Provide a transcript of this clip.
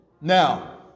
Now